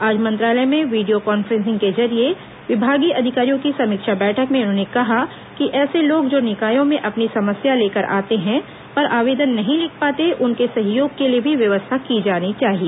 आज मंत्रालय में वीडियो कॉन्फ्रेंसिग के जरिये विभागीय अधिकारियों की समीक्षा बैठक में उन्होंने कहा कि ऐसे लोग जो निकायों में अपनी समस्या लेकर आते हैं पर आवेदन नहीं लिख पाते उनके सहयोग के लिए भी व्यवस्था की जानी चाहिए